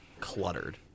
cluttered